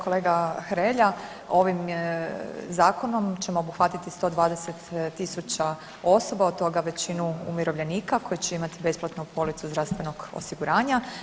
Kolega Hrelja ovim Zakonom ćemo obuhvatiti 120 tisuća osoba, od toga većinu umirovljenika koji će imati besplatnu policu zdravstvenog osiguranja.